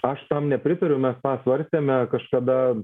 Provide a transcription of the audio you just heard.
aš tam nepritariu mes tą svarstėme kažkada